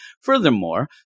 Furthermore